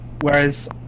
whereas